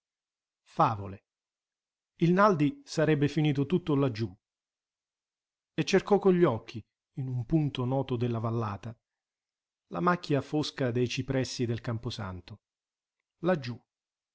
favole il naldi sarebbe finito tutto laggiù e cercò con gli occhi in un punto noto della vallata la macchia fosca dei cipressi del camposanto laggiù laggiù